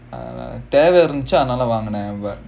uh தேவ இருந்துச்சி அதுனால வாங்குனேன்:theva irunthuchi athunaala vaangunaen